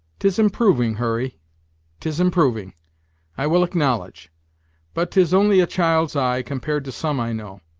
tis improving, hurry tis improving i will acknowledge but tis only a child's eye, compared to some i know.